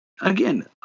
again